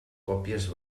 còpies